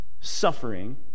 suffering